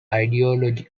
ideology